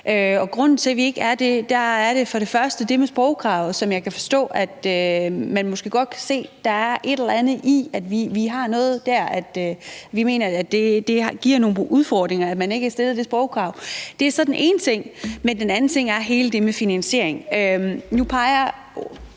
grunden til, at vi ikke er det, er først det med sprogkravet, som jeg kan forstå at man måske godt kan se at der er et eller andet i. Altså, vi mener, det giver nogle udfordringer, at man ikke har stillet det sprogkrav. Det er så den ene ting. Men den anden ting er alt det med finansieringen. Nu peger